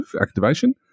activation